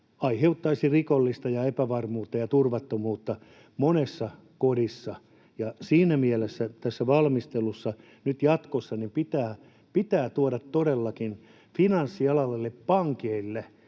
aiheuttaisivat rikollisuutta ja epävarmuutta ja turvattomuutta monessa kodissa. Siinä mielessä tässä valmistelussa nyt jatkossa pitää tuoda todellakin finanssialalle eli pankeille